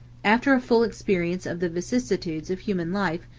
after a full experience of the vicissitudes of human life,